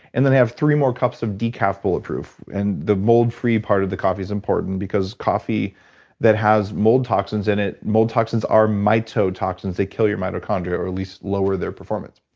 and then i have three more cups of decaf bulletproof. and the mold-free part of the coffee's important because coffee that has mold toxins in it, mold toxins are mitotoxins. they kill your mitochondria or at least lower their performance.